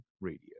Radio